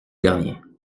derniers